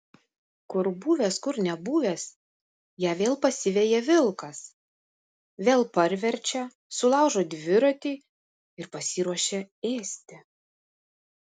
kur buvęs kur nebuvęs ją vėl pasiveja vilkas vėl parverčia sulaužo dviratį ir pasiruošia ėsti